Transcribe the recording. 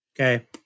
Okay